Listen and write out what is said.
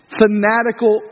fanatical